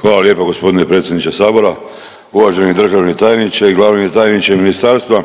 Hvala lijepa gospodine predsjedniče sabora. Uvaženi državni tajniče i glavni tajniče ministarstva,